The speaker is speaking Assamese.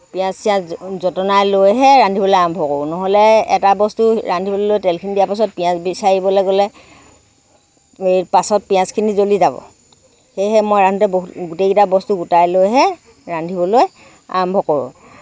পিঁয়াজ চিয়াজ য যতনাই লৈহে ৰান্ধিবলৈ আৰম্ভ কৰোঁ নহ'লে এটা বস্তু ৰান্ধিবলৈ লৈ তেলখিনি দিয়াৰ পিছত পিঁয়াজ বিচাৰিবলৈ গ'লে পাছত পিঁয়াজখিনি জ্ৱলি যাব সেয়েহে মই ৰান্ধোঁতে বহুত গোটেইকিটা বস্তু গোটাই লৈহে ৰান্ধিবলৈ আৰম্ভ কৰোঁ